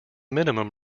minimum